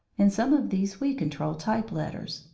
in some of these we control type-letters,